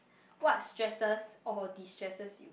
what stresses or destresses you